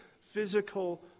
physical